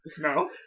No